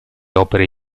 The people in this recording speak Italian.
opere